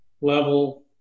level